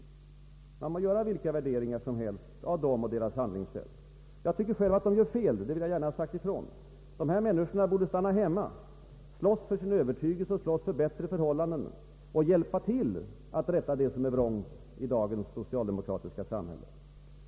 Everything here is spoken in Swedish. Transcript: Man må göra vilka värderingar som helst av dem och deras handlingssätt. Jag tycker att de gör fel, det vill jag gärna ha sagt ifrån. De här människorna borde stanna hemma, slåss för sin övertygelse, slåss för bättre förhållanden och hjälpa till att rätta det som är vrångt i dagens socialdemokratiska samhälle.